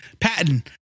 Patton